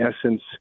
essence